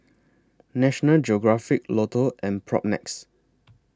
National Geographic Lotto and Propnex